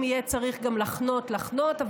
אם יהיה צריך גם לחנות לחנות,